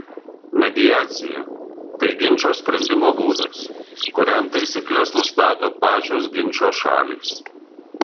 mediacija tai ginčo sprendimo būdas kuriam taisykles nustato pačios ginčo šalys